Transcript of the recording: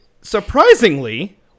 surprisingly